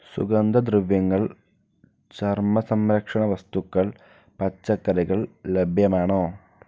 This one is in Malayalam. സുഗന്ധദ്രവ്യങ്ങൾ ചർമ്മസംരക്ഷണ വസ്തുക്കൾ പച്ചക്കറികൾ ലഭ്യമാണോ